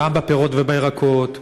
גם בפירות ובירקות,